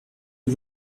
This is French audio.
est